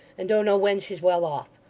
and don't know when she's well off.